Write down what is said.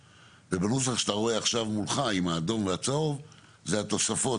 ובנוסח שאתה רואה עכשיו מולך עם האדום והצהוב אלה התוספות,